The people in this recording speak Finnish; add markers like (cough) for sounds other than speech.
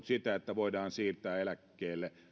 (unintelligible) sitä että voidaan siirtää